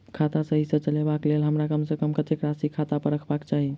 खाता सही सँ चलेबाक लेल हमरा कम सँ कम कतेक राशि खाता पर रखबाक चाहि?